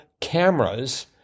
cameras